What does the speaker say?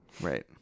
right